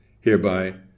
hereby